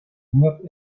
inork